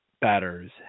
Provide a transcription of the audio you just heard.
batters